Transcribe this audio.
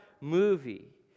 movie